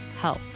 help